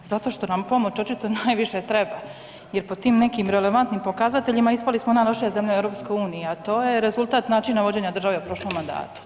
Zato što nam pomoć očito najviše treba jer po tim nekim relevantnim pokazateljima, ispali smo najlošija zemlja u EU-u a to je rezultat načina vođenja države u prošlom mandatu.